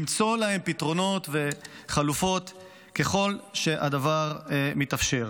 למצוא להם פתרונות וחלופות ככל שהדבר מתאפשר.